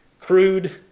Crude